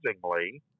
surprisingly